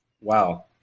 Wow